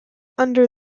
under